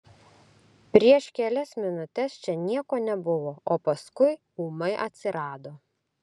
prieš kelias minutes čia nieko nebuvo o paskui ūmai atsirado